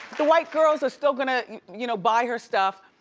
the white girls are still gonna you know, buy her stuff.